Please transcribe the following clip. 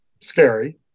scary